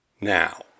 Now